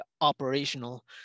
operational